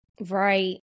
Right